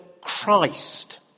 Christ